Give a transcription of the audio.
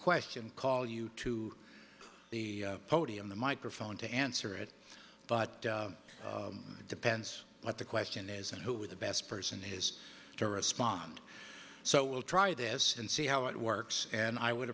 question call you to the podium the microphone to answer it but it depends what the question is and who the best person is to respond so we'll try this and see how it works and i would